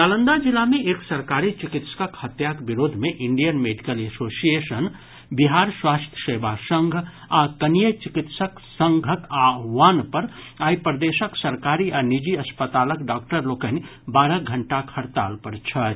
नालंदा जिला मे एक सरकारी चिकित्सकक हत्याक विरोध मे इंडियन मेडिकल एसोसिएशन बिहार स्वास्थ्य सेवा संघ आ कनीय चिकित्सक संघ आह्वान पर आइ प्रदेशक सरकारी आ निजी अस्पतालक डॉक्टर लोकनि बारह घंटाक हड़ताल पर छथि